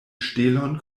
ŝtelon